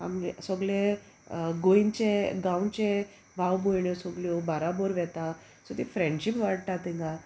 आमगे सोगले गोंयचे गांवचे भाव भयण्यो सोगल्यो बाराबोर वता सो ती फ्रेंडशीप वाडटा थिंगां